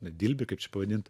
dilbį kaip čia pavadint